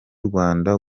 rwanda